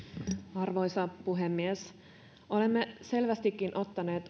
arvoisa puhemies olemme selvästikin ottaneet